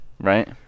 Right